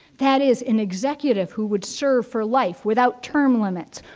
that is an executive who would serve for life without term limits,